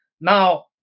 now